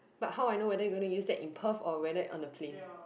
but how I know whether you gonna use that in Perth or whether on the plane